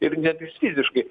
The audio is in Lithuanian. ir net ir fiziškai